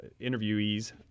interviewees